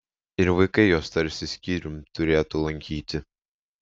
ir vaikai juos tarsi skyrium turėtų lankyti